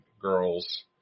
girls